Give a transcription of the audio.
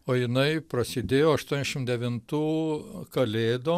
o jinai prasidėjo aštuoniasdešimt devintų kalėdom